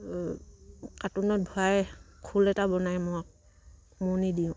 কাৰ্টুনত ভৰাই খোল এটা বনাই মই উমনি দিওঁ